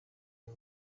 uyu